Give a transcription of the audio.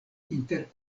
inter